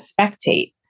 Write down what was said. spectate